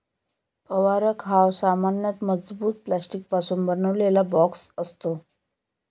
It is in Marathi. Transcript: फवारक हा सामान्यतः मजबूत प्लास्टिकपासून बनवलेला बॉक्स असतो